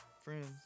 friends